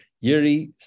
Yuri